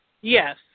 Yes